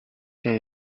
there